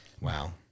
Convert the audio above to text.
Wow